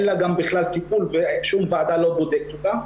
לה גם בכלל טיפול ושום ועדה לא בודקת אותם,